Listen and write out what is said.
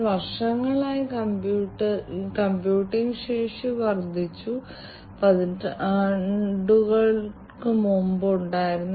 ഈ വാതകങ്ങളുടെ ഈ സാന്ദ്രത കണ്ടെത്തുന്ന നിയന്ത്രണ കേന്ദ്രമാണിതെന്നും ഈ നിരീക്ഷണം എങ്ങനെ നടത്താമെന്നും നമുക്ക് അനുമാനിക്കാം